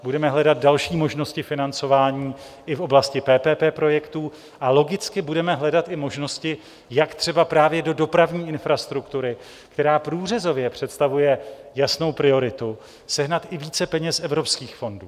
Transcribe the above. Budeme hledat další možnosti financování i v oblasti PPP projektů a logicky budeme hledat i možnosti, jak třeba právě do dopravní infrastruktury, která průřezově představuje jasnou prioritu, sehnat i více peněz z evropských fondů.